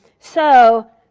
so,